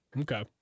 Okay